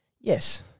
yes